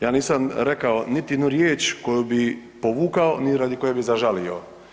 Ja nisam rekao niti jednu riječ koju bi povukao ni radi koje bi zažalio.